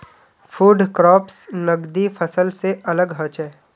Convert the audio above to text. food crops नगदी फसल से अलग होचे